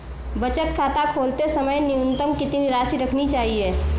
बचत खाता खोलते समय न्यूनतम कितनी राशि रखनी चाहिए?